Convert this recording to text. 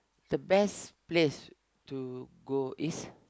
the best place to go is